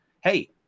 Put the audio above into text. Hey